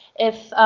if